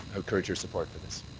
encourage your support for this.